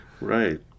right